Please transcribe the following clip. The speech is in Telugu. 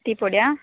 టీ పొడి